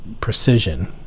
precision